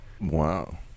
Wow